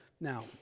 Now